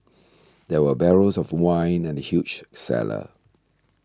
there were barrels of wine in the huge cellar